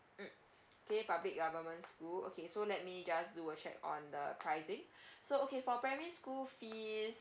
mm okay public government school okay so let me just do a check on the pricing so okay for primary school fees